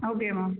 okay ma'am